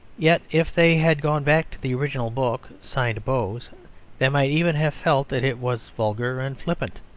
yet if they had gone back to the original book signed boz they might even have felt that it was vulgar and flippant.